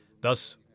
Thus